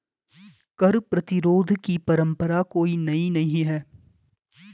कर प्रतिरोध की परंपरा कोई नई नहीं है